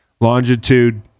longitude